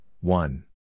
one